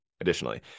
additionally